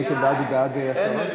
מי שבעד, הוא בעד הסרה?